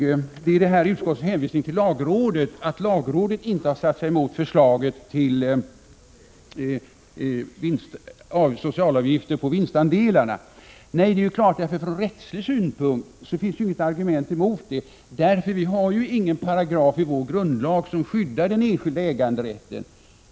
Utskottet hänvisar till att lagrådet inte har motsatt sig förslaget till socialavgifter på vinstandelarna. Nej, det är klart — från rättslig synpunkt finns ju inget argument mot det. Vi har ingen paragraf i vår grundlag som skyddar den enskilda äganderätten.